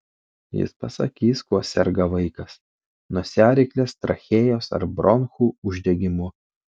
jis pasakys kuo serga vaikas nosiaryklės trachėjos ar bronchų uždegimu